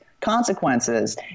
consequences